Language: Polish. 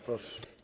Proszę.